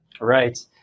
right